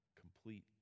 complete